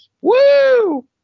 Woo